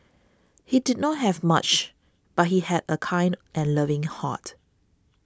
he did not have much but he had a kind and loving heart